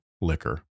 liquor